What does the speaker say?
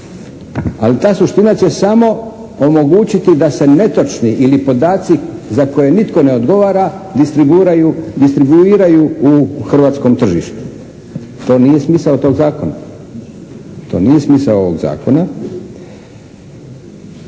ali ta suština će samo omogućiti da se netočni ili podaci za koje nitko ne odgovara distribuiraju u hrvatskom tržištu. To nije smisao tog zakona. To nije smisao ovog zakona.